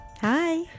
Hi